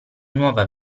nuova